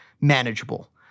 manageable